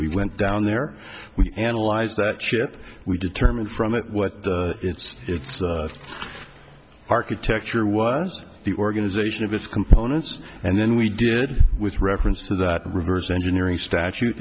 we went down there we analyzed that chip we determine from it what its architecture was the organization of its components and then we did with reference to that reverse engineering statute